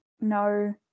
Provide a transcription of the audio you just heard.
no